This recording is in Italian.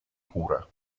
cura